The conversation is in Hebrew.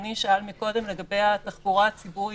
שאדוני שאל מקודם לגבי התחבורה הציבורית,